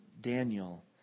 Daniel